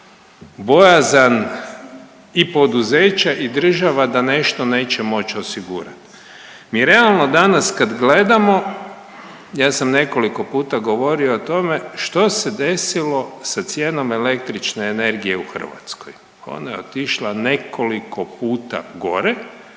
bojazan i poduzeća i država da nešto neće moći osigurati. Mi realno danas kad gledamo, ja sam nekoliko puta govorio o tome što se desilo sa cijenom električne energije u Hrvatskoj. Ona je otišla nekoliko puta gore,